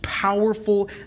Powerful